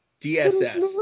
dss